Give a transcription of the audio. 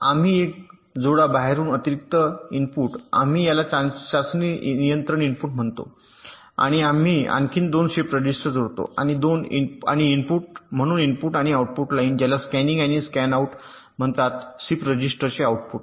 आम्ही एक जोडा बाहेरून अतिरिक्त अतिरिक्त इनपुट आम्ही याला चाचणी नियंत्रण इनपुट म्हणून म्हणतो आणि आम्ही आणखी 2 शिफ्ट रजिस्टर जोडतो आणि इनपुट म्हणून इनपुट आणि आउटपुट लाईन ज्याला स्कॅनिन आणि स्कॅनआउट म्हणतात शिफ्ट रजिस्टरचे आउटपुट